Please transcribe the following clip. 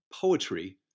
poetry